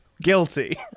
guilty